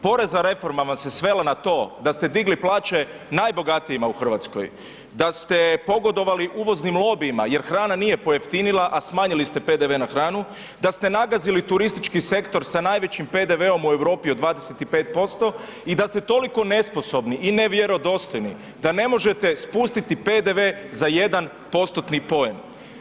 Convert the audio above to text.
Porezna reforma vam se svela na to da ste digli plaće najbogatijima u Hrvatskoj, da ste pogodovali uvoznim lobijima jer hrana nije pojeftinila a smanjili ste PDV na hranu, da ste nagazili turistički sektor sa najvećim PDV-om u Europi od 25% i da ste toliko nesposobni i nevjerodostojni da ne možete spustiti PDV za 1%-tni poen.